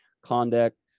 conduct